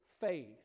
faith